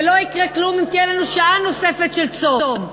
ולא יקרה כלום אם תהיה לנו שעה נוספת של צום,